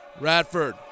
Radford